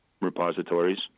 repositories